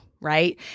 right